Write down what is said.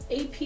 AP